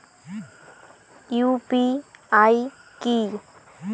UPI কি?